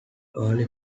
early